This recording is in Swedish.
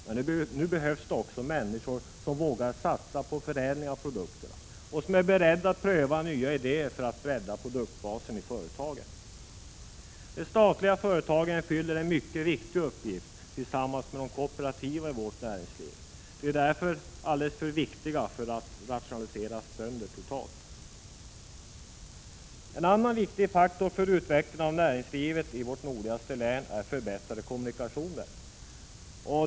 Men nu behövs det också människor, som vågar satsa på förädling av produkterna och som är beredda att pröva nya idéer för att bredda produktbasen i företagen. De statliga företagen fyller en mycket viktig uppgift tillsammans med de kooperativa i vårt näringsliv. De är därför alldeles för viktiga för att rationaliseras sönder totalt. En annan viktig faktor för utvecklingen av näringslivet i vårt nordligaste län är förbättrade kommunikationer.